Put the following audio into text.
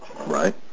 Right